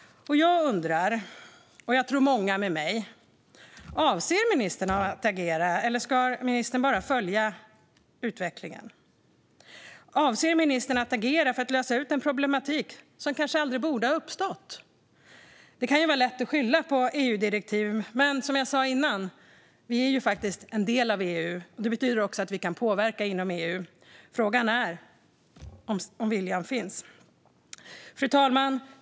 Jag undrar - och många med mig, tror jag - om ministern avser att agera eller om ministern bara kommer att följa utvecklingen. Avser ministern att agera för att lösa en problematik som kanske aldrig borde ha uppstått? Det kan vara lätt att skylla på EU-direktiv, men som jag sa tidigare är vi faktiskt en del av EU. Det betyder att vi också kan påverka inom EU, men frågan är om viljan finns. Fru talman!